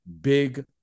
big